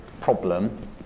problem